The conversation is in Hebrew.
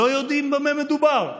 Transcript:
לא יודעים במה מדובר.